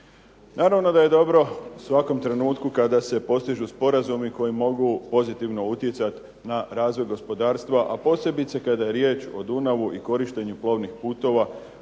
Naravno da je dobro u svakom trenutku kada se postižu sporazumi koji mogu pozitivno utjecati na razvoj gospodarstva, a posebice kada je riječ o Dunavu i korištenju plovnih putova.